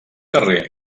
carrer